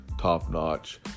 top-notch